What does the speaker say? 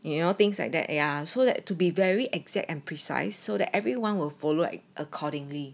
you know things like that ya so that to be very exact and precise so that everyone will follow act accordingly